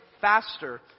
faster